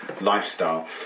lifestyle